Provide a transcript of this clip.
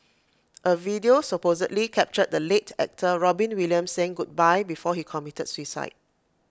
A video supposedly captured the late actor Robin Williams saying goodbye before he committed suicide